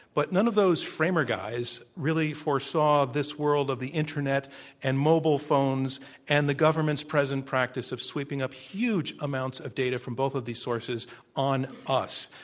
but none of those framer guys really foresaw this world of the internet and mobile phones and the government's present practice of sweeping up huge amounts of data from both of the sources on us.